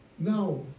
Now